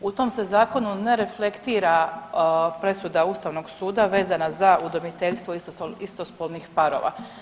U tom se zakonu ne reflektira presuda ustavnog suda vezana za udomiteljstvo istospolnih parova.